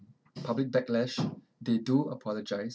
public backlash they do apologize